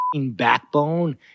backbone